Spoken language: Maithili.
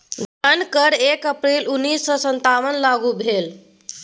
धन कर एक अप्रैल उन्नैस सौ सत्तावनकेँ लागू भेल